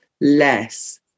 less